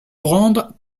rendre